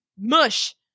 mush